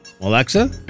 Alexa